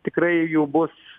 tikrai jų bus